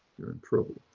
you're in trouble.